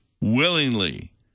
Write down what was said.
willingly